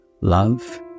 Love